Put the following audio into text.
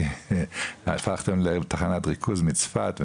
הפכתם לתחנת ריכוז מצפת וכו',